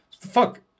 Fuck